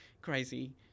crazy